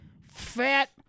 fat